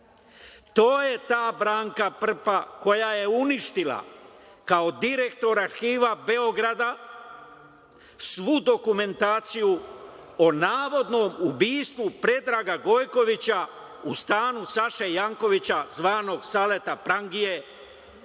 To je ta Branka Prpa koja je uništila kao direktor Arhiva Beograda svu dokumentaciju o navodnom ubistvu Predraga Gojkovića u stanu Saše Jankovića zvanog "Saleta prangije" 1993.